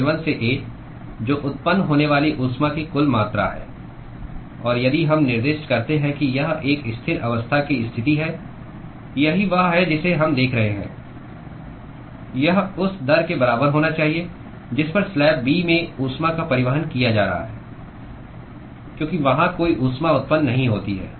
L1 से A जो उत्पन्न होने वाली ऊष्मा की कुल मात्रा है और यदि हम निर्दिष्ट करते हैं कि यह एक स्थिर अवस्था की स्थिति है यही वह है जिसे हम देख रहे हैं यह उस दर के बराबर होना चाहिए जिस पर स्लैब B में ऊष्मा का परिवहन किया जा रहा है क्योंकि वहां कोई ऊष्मा उत्पन्न नहीं होती है